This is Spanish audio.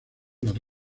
las